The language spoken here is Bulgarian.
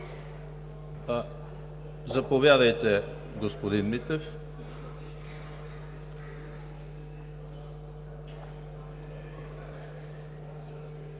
Заповядайте, господин Митев.